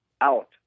out